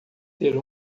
ter